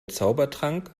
zaubertrank